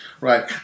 right